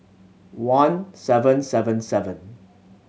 one seven seven seven